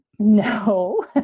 no